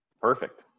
Perfect